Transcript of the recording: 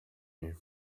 you